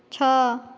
ଛଅ